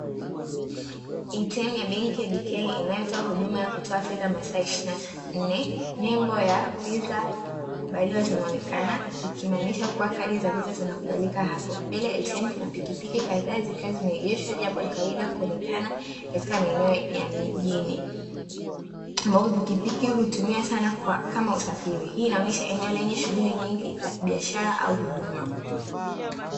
ATM ya benki bk inayotoa huduma ya kutoa fedha masaa ishirini na nne. Nembo ya VISA kukubaliwa zinaonekana zikimaanisha kuwa kadi za VISA zinakubalika hapo. Mbele ya ATM kuna pikipiki kadhaa zikiwa zimeegeshwa jambo la kawaida kuonekana katika maeneo ya mijini, ambapo pikipiki hutumiwa sana kama usafiri. Hii inaonesha eneo lenye shughuli nyingi za kibiashara au huduma.